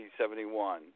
71